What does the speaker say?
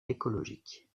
écologique